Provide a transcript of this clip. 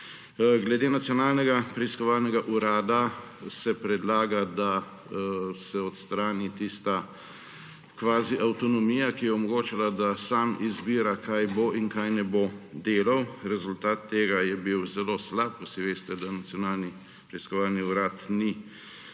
Glede Nacionalnega preiskovalnega urada se predlaga, da se odstrani tista kvazi avtonomija, ki je omogočala, da sami izbirajo, kaj bo in kaj ne bodo delali. Rezultat tega je bil zelo slab. Vsi veste, da Nacionalni preiskovalni urad ni opravil